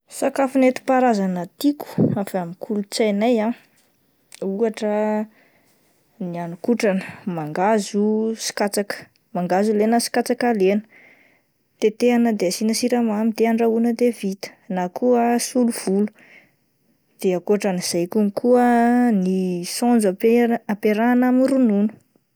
Sakafo nentim-paharazana tiako avy any amin'ny kolotsainay ah ohatra ny hanin-kotrana: ny mangahazo sy katsaka, mangahazo lena sy katsaka lena, tetehina dia asiana siramamy de andrahoana de vita na koa solovolo, de akoatran'izay kokoa saonjo ampi-ampiarahana amin'ny ronono.